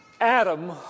Adam